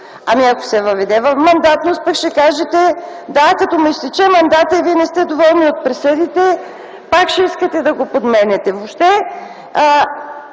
Ами, ако се въведе мандатност, пък ще кажете: да, като му изтече мандатът и вие не сте доволни от присъдите, пак ще искате да го подменяте. Въобще,